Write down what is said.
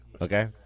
Okay